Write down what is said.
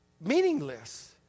meaningless